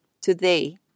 Today